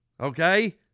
okay